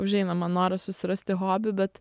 užeina man noras susirasti hobį bet